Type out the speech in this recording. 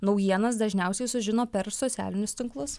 naujienas dažniausiai sužino per socialinius tinklus